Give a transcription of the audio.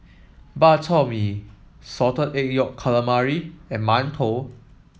Bak Chor Mee Salted Egg Yolk Calamari and mantou